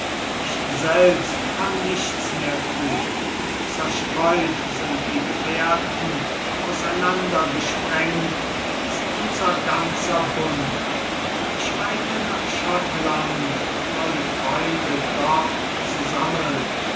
ich selbst kann nichts mehr tun zerstreut sind die gefährten auseinander gesprengt ist unser ganzer bund ich eile nach schottland neue freunde dort zu sammeln